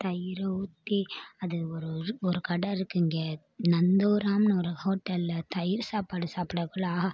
தயிர ஊற்றி அது ஒரு ஒரு கடை இருக்கு இங்கே நந்தூராம்னு ஒரு ஹோட்டலில் தயிர் சாப்பாடு சாப்பிடக்குள்ள ஆஹா